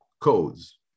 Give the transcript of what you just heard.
codes